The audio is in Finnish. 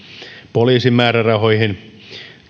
poliisin määrärahoihin